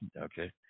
Okay